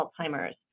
Alzheimer's